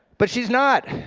but she's not.